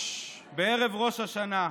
בערב ראש השנה,